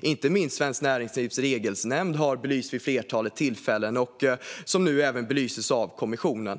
Inte minst har Svenskt Näringslivs regelnämnd belyst detta vid ett flertal tillfällen, och nu belyses det även av kommissionen.